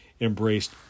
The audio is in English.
embraced